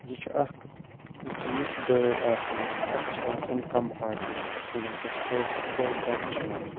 یہِ چھِ اَکھ زیٖٹھ گٲڑۍ آسان اَتھ چھِ آسان کَمپاٹمٮ۪نٛٹ یِمن أسۍ کٲشٕر پٲٹھۍ ڈَبہٕ چھِ ونان